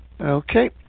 Okay